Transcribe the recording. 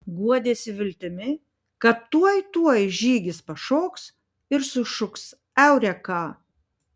guodėsi viltimi kad tuoj tuoj žygis pašoks ir sušuks eureka